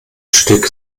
stück